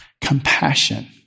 Compassion